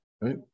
right